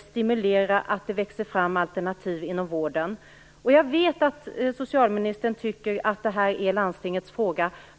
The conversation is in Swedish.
stimulera att det växer fram alternativ inom vården genom andra åtgärder. Jag vet att socialministern tycker att det här är landstingens fråga.